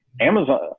Amazon